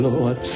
Lord